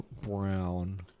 brown